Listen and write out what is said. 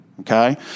Okay